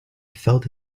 felt